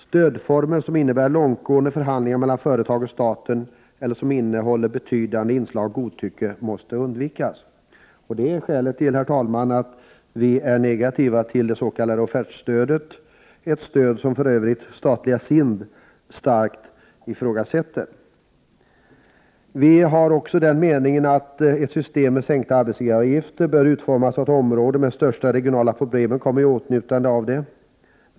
Stödformer som innebär långtgående förhandlingar mellan företag och staten eller som innehåller betydande inslag av godtycke måste undvikas. Det är skälet, herr talman, till att vi är negativa till det s.k. offertstödet. Ett stöd som för övrigt statliga SIND starkt ifrågasätter. Folkpartiet är av den meningen att ett system med sänkta arbetsgivaravgifter bör utformas så att områdena med de största regionala problemen kommer i åtnjutande av det.